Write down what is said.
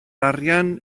arian